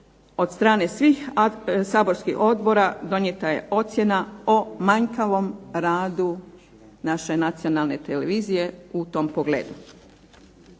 od strane svih saborskih odbora donijeta je ocjena o manjkavom radu naše nacionalne televizije u tom pogledu.